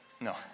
no